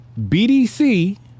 BDC